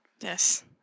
yes